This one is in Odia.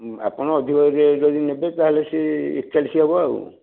ଆପଣ ଅଧିକ ଅଧିକ କରି ଯଦି ନେବେ ତାହେଲେ ସେ ଏକଚାଳିଶି ହେବ ଆଉ